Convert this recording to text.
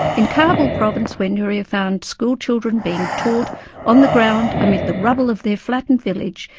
in kabul province, where nouria found school children being taught on the ground amid the rubble of their flattened village,